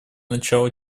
начало